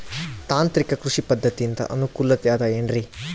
ತಾಂತ್ರಿಕ ಕೃಷಿ ಪದ್ಧತಿಯಿಂದ ಅನುಕೂಲತೆ ಅದ ಏನ್ರಿ?